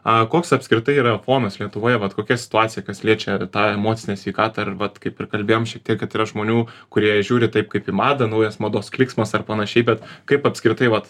a koks apskritai yra fonas lietuvoje vat kokia situacija kas liečia ir tą emocinę sveikatą ar vat kaip ir kalbėjom šitiek kad yra žmonių kurie žiūri taip kaip į madą naujas mados klyksmas ar panašiai bet kaip apskritai vat